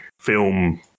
film